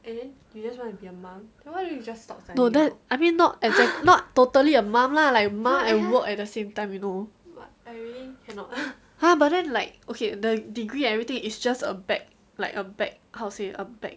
no that I mean not exact~ not totally a mum lah like mah and work at the same time you know ha but then like okay the degree and everything is just a back like a back how to say ah back